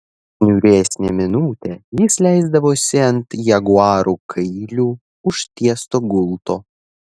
niūresnę minutę jis leisdavosi ant jaguarų kailiu užtiesto gulto